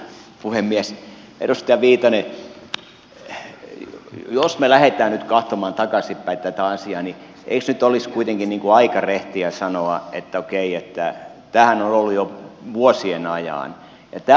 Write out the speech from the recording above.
edustaja viitanen jos me lähdemme nyt katsomaan takaisinpäin tätä asiaa niin eikö nyt olisi kuitenkin aika rehtiä sanoa että okei tämähän on ollut jo vuosien ajan